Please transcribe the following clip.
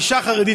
אישה חרדית,